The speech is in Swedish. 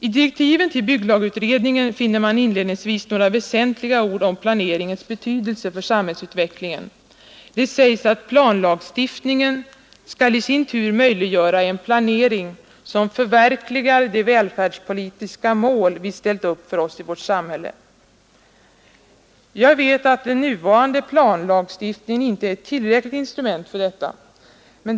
I direktiven till bygglagutredningen finner man inledningsvis några väsentliga ord om planeringens betydelse för samhällsutvecklingen. Det sägs att ”planlagstiftningen skall i sin tur möjliggöra en planering som förverkligar de välfärdspolitiska mål vi ställt upp för oss i vårt samhälle”. Jag vet att den nuvarande planlagstiftningen inte är ett tillräckligt instrument för detta.